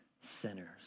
sinners